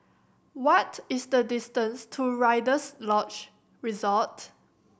what is the distance to Rider's Lodge Resort